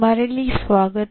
ಮರಳಿ ಸ್ವಾಗತ